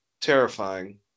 terrifying